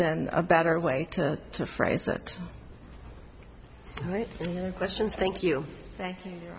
been a better way to to phrase it right questions thank you thank you